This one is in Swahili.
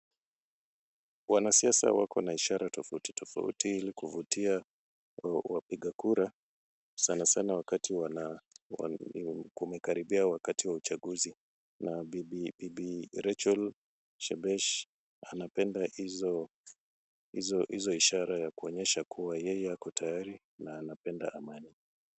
Wanasiasa wako na ishara tofauti tofauti ili kuvutia wapiga kura sana sana wakati kumekaribia wakati wa uchaguzi na bibi Rachel Shebesh anapenda hizo ishara ya kuonyesha kuwa yeye ako tayari na anapenda amani.